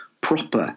proper